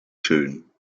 schönen